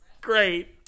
Great